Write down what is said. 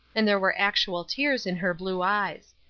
and there were actual tears in her blue eyes.